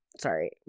sorry